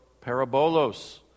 Parabolos